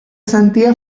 sentia